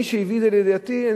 מי שהביא לידיעתי,